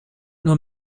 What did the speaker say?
nur